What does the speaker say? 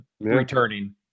returning